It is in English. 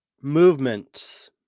movements